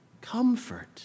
Comfort